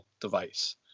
device